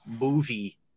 movie